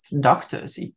doctors